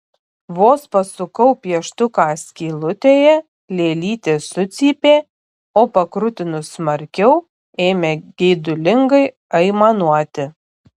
vos pasukau pieštuką skylutėje lėlytė sucypė o pakrutinus smarkiau ėmė geidulingai aimanuoti